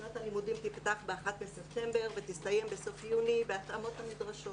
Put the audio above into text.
שנת הלימודים תיפתח ב-1 בספטמבר ותסתיים בסוף יוני בהתאמות הדרuשות.